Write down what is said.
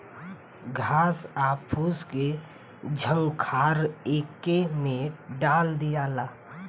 घास आ फूस के झंखार एके में डाल दियाला